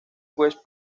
west